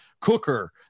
cooker